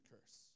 curse